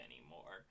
anymore